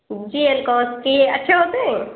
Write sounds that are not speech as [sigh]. جی [unintelligible] اچھے ہوتے ہیں